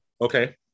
Okay